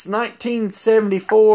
1974